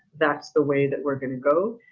that's the way that we're going to go.